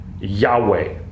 Yahweh